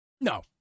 No